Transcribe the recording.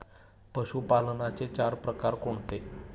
पशुपालनाचे चार प्रकार कोणते?